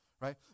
Right